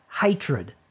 hatred